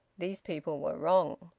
these people were wrong.